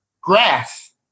grass